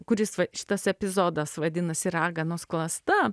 kuris va šitas epizodas vadinasi raganos klasta